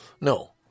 No